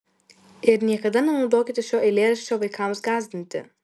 ir niekada nenaudokite šio eilėraščio vaikams gąsdinti